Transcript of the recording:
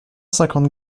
cinquante